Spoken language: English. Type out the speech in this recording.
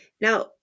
now